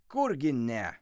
kurgi ne